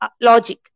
logic